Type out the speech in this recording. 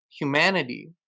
humanity